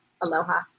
aloha